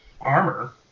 armor